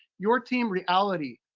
your team reality.